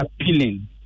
appealing